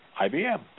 IBM